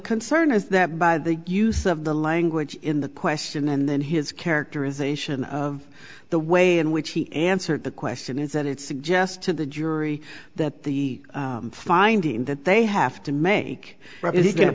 concern is that by the use of the language in the question and then his characterization of the way in which he answered the question is that it suggest to the jury that the finding that they have to make